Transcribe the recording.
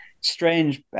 strange